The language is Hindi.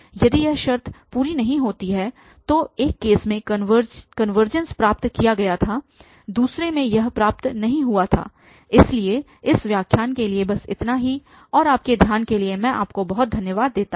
यदि यह शर्त पूरी नहीं होती है तो एक केस में कनवर्जेंस प्राप्त किया गया था दूसरे में यह प्राप्त नहीं हुआ था इसलिए इस व्याख्यान के लिए बस इतना ही और आपके ध्यान के लिए मैं आपको बहुत बहुत धन्यवाद देता हूं